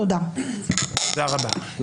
תודה רבה.